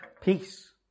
peace